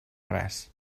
res